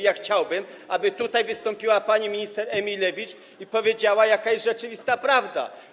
Ja chciałbym, aby tutaj wystąpiła pani minister Emilewicz i powiedziała, jaka jest rzeczywista prawda.